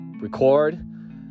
record